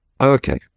Okay